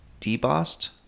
debossed